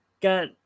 got